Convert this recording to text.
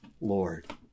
Lord